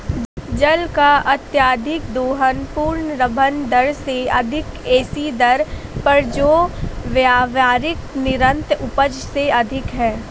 जल का अत्यधिक दोहन पुनर्भरण दर से अधिक ऐसी दर पर जो व्यावहारिक निरंतर उपज से अधिक है